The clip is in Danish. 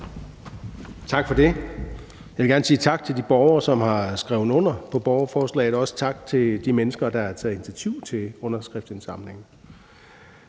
Tak for det. Jeg vil gerne sige tak til de borgere, som har skrevet under på borgerforslaget. Også tak til de mennesker, der har taget initiativ til underskriftindsamlingen.